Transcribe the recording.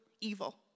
evil